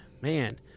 man